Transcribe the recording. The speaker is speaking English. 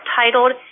titled